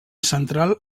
central